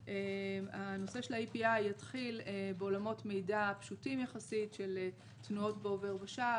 הנושא של ה-EPI יתחיל בעולמות מידע פשוטים יחסית של תנועות בעובר ושב,